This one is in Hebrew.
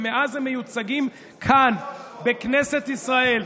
ומאז הם מיוצגים כאן בכנסת ישראל.